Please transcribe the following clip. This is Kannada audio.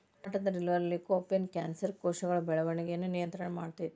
ಟೊಮೆಟೊದಲ್ಲಿರುವ ಲಿಕೊಪೇನ್ ಕ್ಯಾನ್ಸರ್ ಕೋಶಗಳ ಬೆಳವಣಿಗಯನ್ನ ನಿಯಂತ್ರಣ ಮಾಡ್ತೆತಿ